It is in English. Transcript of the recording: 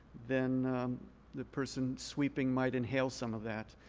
then the person sweeping might inhale some of that.